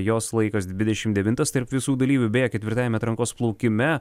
jos laikas dvidešimt devintas tarp visų dalyvių beje ketvirtajame atrankos plaukime